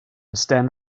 stand